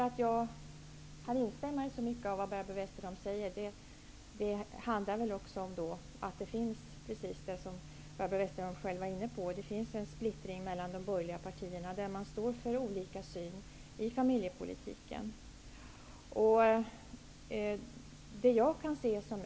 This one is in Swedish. Att jag kan instämma i så mycket av vad Barbro Westerholm säger beror också på att det finns en splittring mellan de borgerliga partierna, som står för olika syn i familjepolitiken. Hon var själv inne på det.